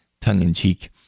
tongue-in-cheek